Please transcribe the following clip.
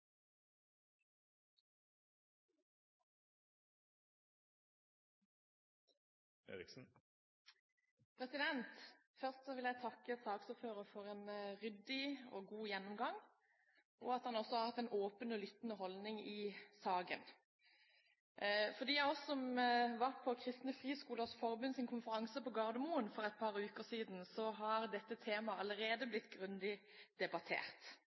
Først vil jeg takke saksordføreren for en ryddig og god gjennomgang og også for at han har hatt en åpen og lyttende holdning i saken. For dem av oss som var på Kristne Friskolers Forbunds konferanse på Gardermoen for et par uker siden, har dette temaet allerede blitt grundig debattert.